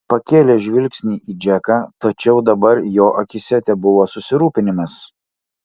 pakėlė žvilgsnį į džeką tačiau dabar jo akyse tebuvo susirūpinimas